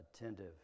attentive